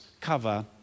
cover